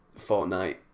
Fortnite